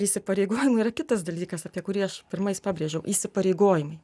įsipareigojimų yra kitas dalykas apie kurį aš pirmais pabrėžiau įsipareigojimai